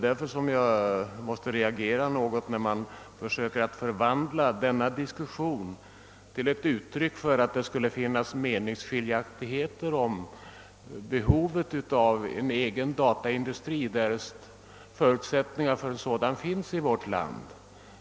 Jag måste därför reagera mot att man försöker att förvandla diskussionen under denna punkt till ett uttryck för att det skulle finnas meningsskiljaktigheter om behovet av en egen dataindustri, därest förutsättningar finns för en sådan i vårt land.